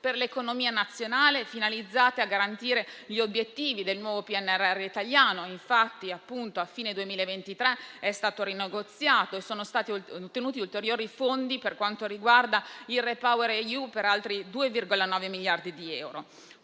per l'economia nazionale, finalizzate a garantire gli obiettivi del nuovo PNRR italiano. Infatti, a fine 2023 è stato rinegoziato e sono stati ottenuti ulteriori fondi per quanto riguarda il REPowerEU, per altri 2,9 miliardi di euro.